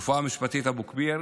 הרפואה המשפטית באבו כביר